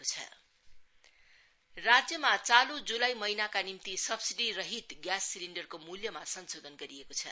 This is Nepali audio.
ग्यास राज्यमा चाल् ज्लाई महिनाका निम्ति सब्सीडी रहित ग्यास सिलिण्डरको मूल्यमा संशोधन गरिएको छ